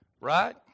Right